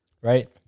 right